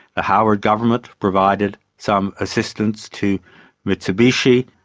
the howard government provided some assistance to mitsubishi.